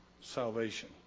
salvation